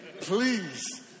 Please